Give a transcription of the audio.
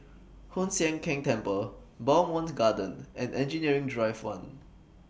Hoon Sian Keng Temple Bowmont Gardens and Engineering Drive one